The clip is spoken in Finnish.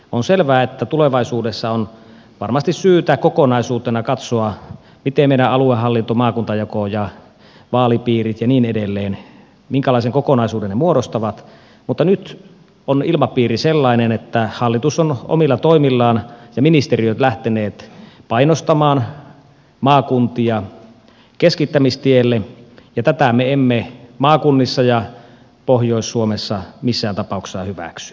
on selvää että tulevaisuudessa on varmasti syytä kokonaisuutena katsoa minkälaisen kokonaisuuden meidän aluehallinto maakuntajako ja vaalipiirit ja niin edelleen muodostavat mutta nyt on ilmapiiri sellainen että hallitus on omilla toimillaan ja ministeriöt lähteneet painostamaan maakuntia keskittämistielle ja tätä me emme maakunnissa ja pohjois suomessa missään tapauksessa hyväksy